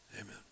Amen